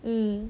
mm